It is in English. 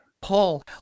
Paul